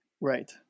right